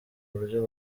buryo